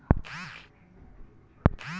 काळी माती जास्त सुपीक काऊन रायते?